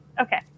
Okay